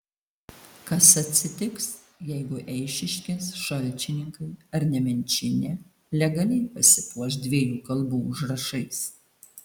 kas atsitiks jeigu eišiškės šalčininkai ar nemenčinė legaliai pasipuoš dviejų kalbų užrašais